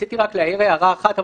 רציתי להעיר הערה אחת.